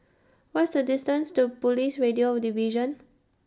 What IS The distance to Police Radio Division